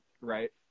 right